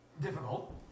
difficult